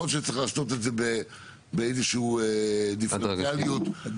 יכול להיות שצריך לעשות את זה באיזושהי דיפרנציאליות --- אדוני,